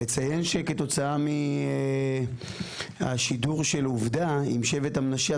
לציין שכתוצאה מהשידור של עובדה עם שבט המנשה,